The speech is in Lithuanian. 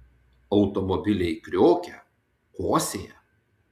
automobiliai kriokia kosėja